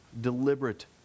deliberate